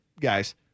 guys